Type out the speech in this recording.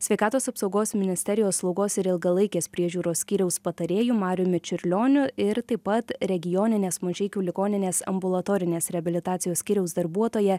sveikatos apsaugos ministerijos slaugos ir ilgalaikės priežiūros skyriaus patarėju mariumi čiurlioniu ir taip pat regioninės mažeikių ligoninės ambulatorinės reabilitacijos skyriaus darbuotoja